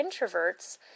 introverts